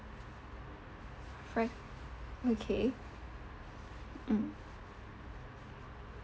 fri~ okay mm